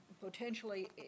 potentially